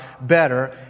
better